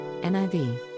NIV